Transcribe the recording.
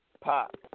Pop